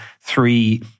three